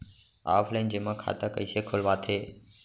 Offline जेमा खाता कइसे खोलवाथे?